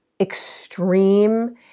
extreme